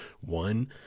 one